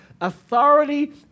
authority